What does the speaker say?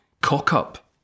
cock-up